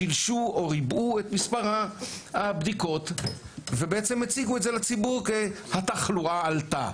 שילשו או ריבעו את מספר הבדיקות והציגו לציבור שהתחלואה עלתה.